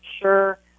Sure